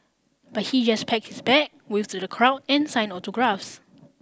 but he just pack his bag wave to the crowd and sign autographs